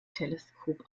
teleskop